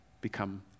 become